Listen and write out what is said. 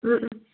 ꯎꯝ ꯎꯝ